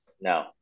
no